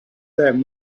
them